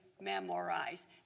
memorize